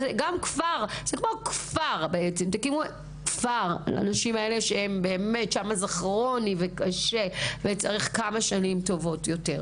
זה כמו כפר לנשים האלה שאצלם זה כרוני וקשה וצריך כמה שנים טובות לזה.